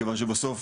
מכיוון שבסוף,